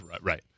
Right